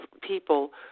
people